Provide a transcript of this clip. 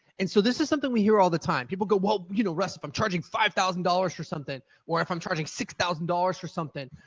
and so this is something we hear all the time. people'll go, well, you know, russ, i'm charging five thousand dollars for something, or if i'm charging six thousand dollars for something,